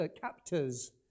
captors